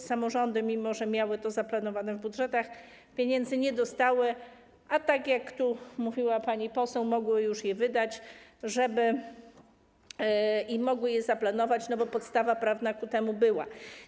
Samorządy, mimo że miały to zaplanowane w budżetach, pieniędzy nie dostały, a tak jak tu mówiła pani poseł, mogły już je wydać, mogły to zaplanować, bo podstawa prawna ku temu była.